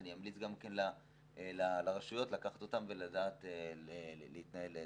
שאני אמליץ גם כן לרשויות לקחת אותם ולדעת להתנהל דרכם.